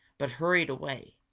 but hurried away,